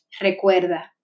Recuerda